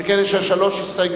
שכן יש לה שלוש הסתייגויות.